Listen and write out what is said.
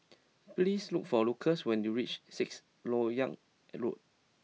please look for Lucas when you reach Sixth Lok Yang Road